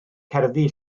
cerddi